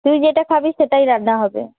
তুই যেটা খাবি সেটাই রান্না হবে